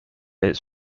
its